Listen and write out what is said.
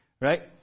right